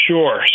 Sure